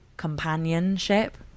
Companionship